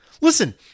listen